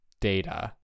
Data